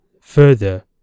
further